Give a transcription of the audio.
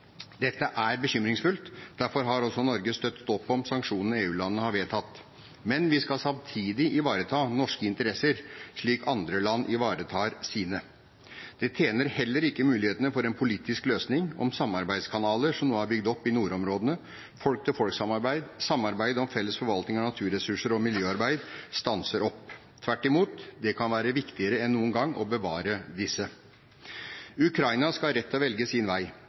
Dette er bekymringsfullt. Derfor har også Norge støttet opp om sanksjonene EU-landene har vedtatt. Men vi skal samtidig ivareta norske interesser, slik andre land ivaretar sine. Det tjener heller ikke mulighetene for en politisk løsning om samarbeidskanaler som nå er bygd opp i nordområdene – folk-til-folk-samarbeid, samarbeid om en felles forvaltning av naturressurser og miljøarbeid – stanser opp. Tvert imot. Det kan være viktigere enn noen gang å bevare disse. Ukraina skal ha rett til å velge sin vei,